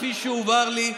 כפי שהובהר לי,